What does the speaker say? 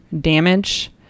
damage